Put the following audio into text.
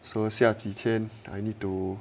so 下几天 I need to